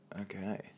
Okay